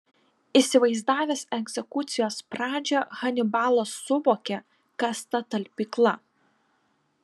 įsivaizdavęs egzekucijos pradžią hanibalas suvokė kas ta talpykla